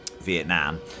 Vietnam